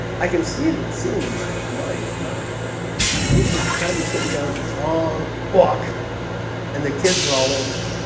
i can see the the scene in my mind's eye jesus is probably sitting down to the long block and the kids are all over